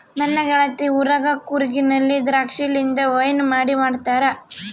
ನನ್ನ ಗೆಳತಿ ಊರಗ ಕೂರ್ಗಿನಲ್ಲಿ ದ್ರಾಕ್ಷಿಲಿಂದ ವೈನ್ ಮಾಡಿ ಮಾಡ್ತಾರ